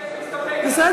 השר ביקש להסתפק, אז הסתפקנו.